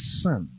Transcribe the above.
son